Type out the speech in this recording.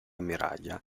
ammiraglia